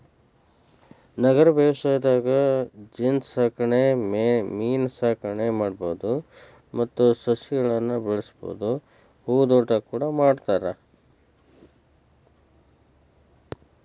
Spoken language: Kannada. ನಗರ ಬೇಸಾಯದಾಗ ಜೇನಸಾಕಣೆ ಮೇನಸಾಕಣೆ ಮಾಡ್ಬಹುದು ಮತ್ತ ಸಸಿಗಳನ್ನ ಬೆಳಿಬಹುದು ಹೂದೋಟ ಕೂಡ ಮಾಡ್ತಾರ